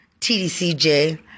TDCJ